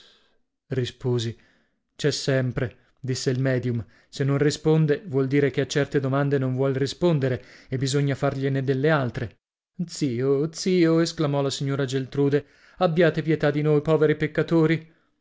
risposi c'è sempre disse il medium se non risponde vuol dire che a certe domande non vuol rispondere e bisogna fargliene delle altre zio zio esclamò la signora geltrude abbiate pietà di noi poveri peccatori